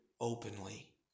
openly